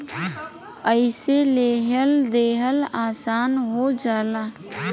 अइसे लेहल देहल आसन हो जाला